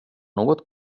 något